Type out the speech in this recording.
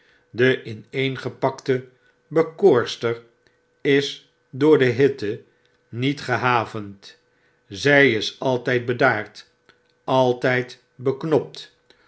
de ineengepakte bekoorster is door de hitte niet gehavend zij is altijd bedaard altijd beknopt